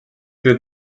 wir